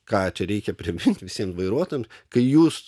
ką čia reikia priminti visiem vairuotojams kai jūs